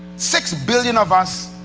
six billion of us,